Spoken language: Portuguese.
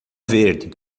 verde